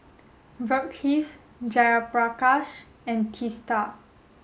Verghese Jayaprakash and Teesta